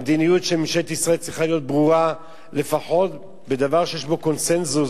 המדיניות של ממשלת ישראל צריכה להיות ברורה לפחות בדבר שיש בו קונסנזוס,